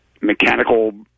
mechanical